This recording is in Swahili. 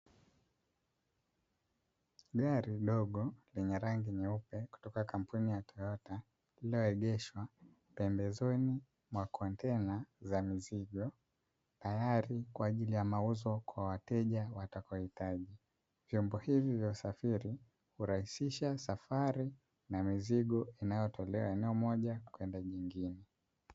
Gari dogo lenye rangi nyeupe kutoka kampuni ya Toyota, lililoengeshwa pembezoni mwa kontena la mizigo tayari kwa ajili ya mauzo kwa wateja watakaohitaji. Vyombo hivi vya usafiri hurahisisha safari na mizigo inayotolewa eneo moja kwenda nyingine.